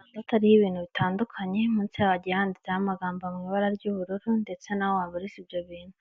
Amandatuyo ariho ibintu bitandukanye mu cyaha yanditseho amagambo mu ibara ry'ubururu ndetse naho wabariza ibyo bintu